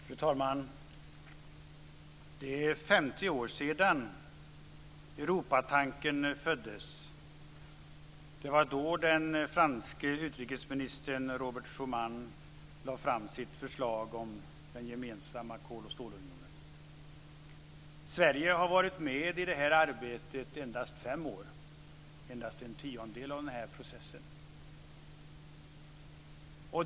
Fru talman! Det är 50 år sedan Europatanken föddes. Det var då den franske utrikesministern Robert Sverige har varit med i detta arbete i endast fem år, endast en tiondel av processen.